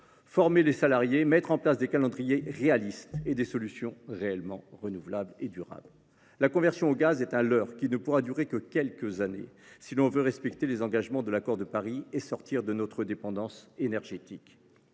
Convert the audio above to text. former les salariés, élaborer des calendriers réalistes et des solutions réellement renouvelables. La conversion au gaz est un leurre qui ne pourra durer que quelques années si l’on veut respecter les engagements de l’accord de Paris et sortir de notre dépendance énergétique.